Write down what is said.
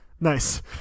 Nice